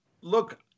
Look